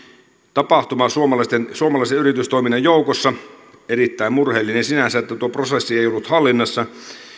tapahtuma suomalaisen yritystoiminnan joukossa erittäin murheellista sinänsä että tuo prosessi ei ollut hallinnassa